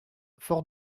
fort